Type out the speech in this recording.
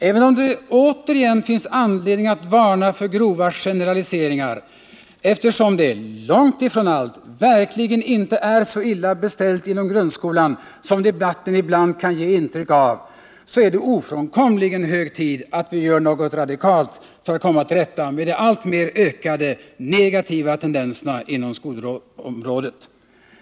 Även om det återigen finns anledning att varna för grova generaliseringar, eftersom långt ifrån allt verkligen är så illa beställt inom grundskolan som debatten ibland kan ge intryck av, så är det ofrånkomligen hög tid att vi gör något radikalt för att komma till rätta med de alltmer ökade negativa tendenserna inom skolområdet.